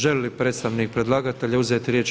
Želi li predstavnik predlagatelja uzeti riječ?